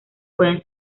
pueden